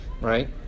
right